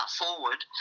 forward